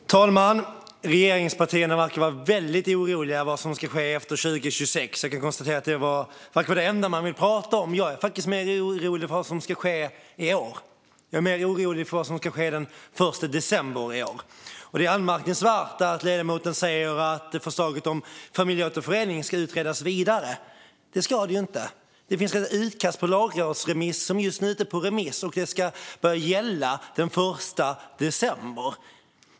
Fru talman! Regeringspartierna verkar vara väldigt oroliga för vad som ska ske efter 2026. Jag kan konstatera att det verkar vara det enda man vill prata om. Jag är faktiskt mer orolig för vad som ska ske i år. Jag är mer orolig för vad som ska ske den 1 december i år. Det är anmärkningsvärt att ledamoten säger att förslaget om familjeåterförening ska utredas vidare. Det ska det ju inte! Det finns redan ett utkast till lagrådsremiss som just nu är ute på remiss, och det ska börja gälla den 1 december.